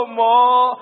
more